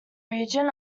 region